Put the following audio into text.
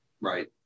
right